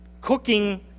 cooking